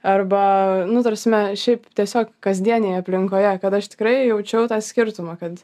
arba nu ta prasme šiaip tiesiog kasdienėje aplinkoje kad aš tikrai jaučiau tą skirtumą kad